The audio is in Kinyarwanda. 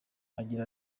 agira